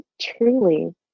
truly